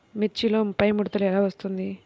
మిర్చిలో పైముడత ఎలా వస్తుంది?